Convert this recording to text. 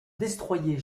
destroyers